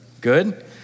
Good